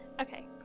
Okay